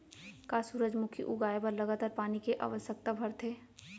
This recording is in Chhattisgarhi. का सूरजमुखी उगाए बर लगातार पानी के आवश्यकता भरथे?